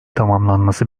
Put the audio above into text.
tamamlanması